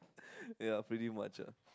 yeah pretty much ah